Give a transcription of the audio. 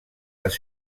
les